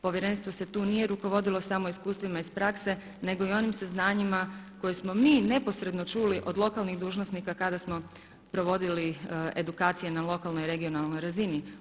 Povjerenstvo se tu nije rukovodilo samo iskustvima iz prakse nego i onim saznanjima koje smo mi neposredno čuli od lokalnih dužnosnika kada smo provodili edukacije na lokalnoj i regionalnoj razini.